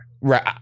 Right